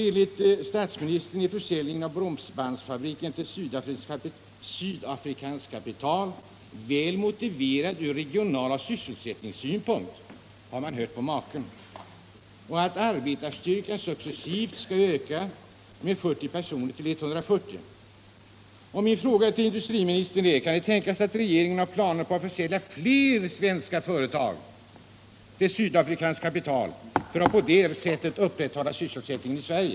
Enligt statsministern är försäljningen av Bromsbandsfabriken till en sydafrikansk kapitalägare väl motiverad ur regional sysselsättningssynpunkt — har man hört på maken! Vidare sägs att arbetarstyrkan successivt skall öka med 40 personer till 140. Min fråga till industriministern är: Kan det tänkas att regeringen har planer på att försälja fler svenska företag till sydafrikanskt kapital för att på det sättet upprätthålla sysselsättningen i Sverige?